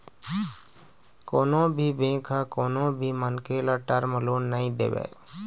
कोनो भी बेंक ह कोनो भी मनखे ल टर्म लोन नइ देवय